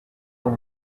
dans